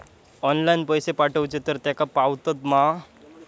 Online पैसे पाठवचे तर तेका पावतत मा?